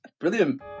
Brilliant